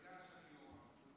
מקבל את עמדתך כשאתה צודק.